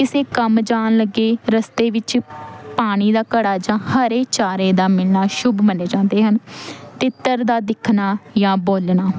ਕਿਸੇ ਕੰਮ ਜਾਣ ਲੱਗੇ ਰਸਤੇ ਵਿੱਚ ਪਾਣੀ ਦਾ ਘੜਾ ਜਾਂ ਹਰੇ ਚਾਰੇ ਦਾ ਮਿਲਣਾ ਸ਼ੁਭ ਮੰਨੇ ਜਾਂਦੇ ਹਨ ਤਿੱਤਰ ਦਾ ਦਿਖਣਾ ਜਾਂ ਬੋਲਣਾ